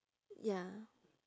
ya